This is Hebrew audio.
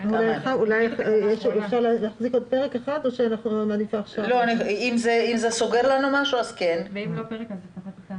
עוד תקנה אחת כדי לסגור את הפרק.